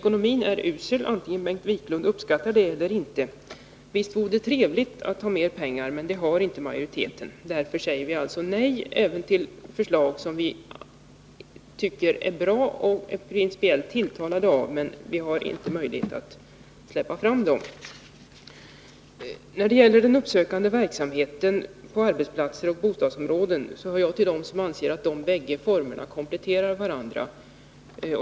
Ekonomin är usel, oavsett om Bengt Wiklund uppskattar det eller inte. Visst vore det tillfredsställande om vi hade mer pengar, men utskottsmajoriteten har inte kunnat räkna med det. Därför säger vi nej även till förslag som vi tycker är bra och som vi principiellt är tilltalade av. Vi har ingen möjlighet att förverkliga dem nu. När det gäller den uppsökande verksamheten på arbetsplatser och i bostadsområden hör jag till dem som anser att dessa båda former av verksamheten kompletterar varandra.